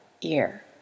ear